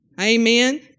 Amen